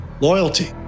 Loyalty